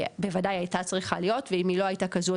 בוודאי הייתה צריכה להיות ואם היא לא הייתה כזו,